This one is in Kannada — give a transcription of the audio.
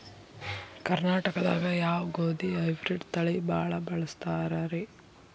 ಕರ್ನಾಟಕದಾಗ ಯಾವ ಗೋಧಿ ಹೈಬ್ರಿಡ್ ತಳಿ ಭಾಳ ಬಳಸ್ತಾರ ರೇ?